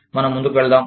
మనం ముందుకు వెళ్దాం